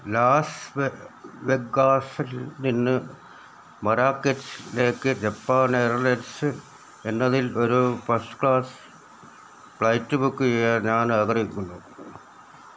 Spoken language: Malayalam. ലാസ് വെഗ്ഗാസിൽനിന്ന് മരാകെച്ച്ലേക്ക് ജപ്പാൻ എയെർലൈൻസ്സ് എന്നതിൽ ഒരൂ പസ്റ്റ് ക്ലാസ് ഫ്ലൈറ്റ് ബുക്ക് ചെയ്യാൻ ഞാൻ ആഗ്രഹിക്കുന്നു